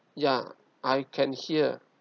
ya I can hear